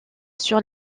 sur